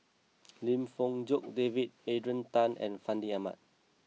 Lim Fong Jock David Adrian Tan and Fandi Ahmad